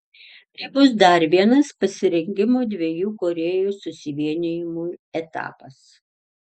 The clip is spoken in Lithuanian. tai bus dar vienas pasirengimo dviejų korėjų susivienijimui etapas